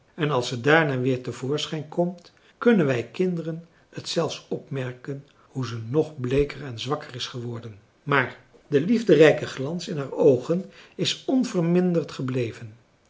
en als ze daarna weer te voorschijn komt kunnen wij kinderen het zelfs opmerken hoe ze nog bleeker en zwakker is geworden maar de liefderijke glans in haar oogen is onverminderd gebleven